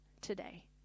today